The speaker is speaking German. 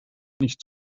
nicht